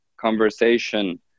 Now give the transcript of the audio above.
conversation